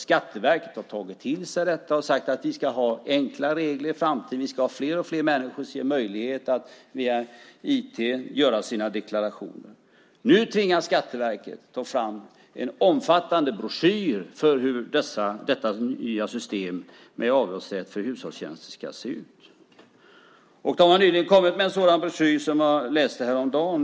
Skatteverket har tagit till sig detta och sagt att det ska bli enkla regler i framtiden, att fler och fler människor ska kunna deklarera med hjälp av IT. Nu tvingas Skatteverket ta fram en omfattande broschyr för hur detta nya system med avdragsrätt för hushållstjänster ska se ut. Skatteverket har nyligen kommit ut med en sådan broschyr, som jag läste häromdagen.